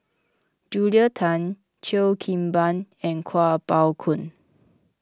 Julia Tan Cheo Kim Ban and Kuo Pao Kun